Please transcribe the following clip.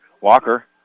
Walker